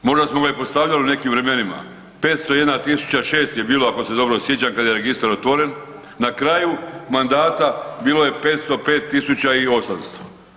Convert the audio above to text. Možda smo ga i postavljali u nekim vremenima, 501.006 je bilo ako se dobro sjećam kad je registar otvoren, na kraju mandata bilo je 505.800.